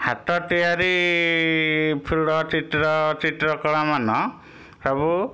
ହାତ ତିଆରି ଫୁଲ ଚିତ୍ର ଚିତ୍ରକଳା ମାନ ସବୁ